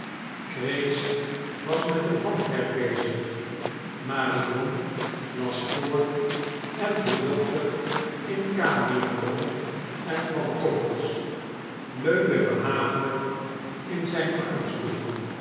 grace was met eeoi handwerk bezig marion las voor en de dokter in kamerjapon en pantoffels leunde behagelijk in zijn armahoel